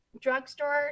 drugstore